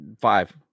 five